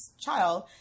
child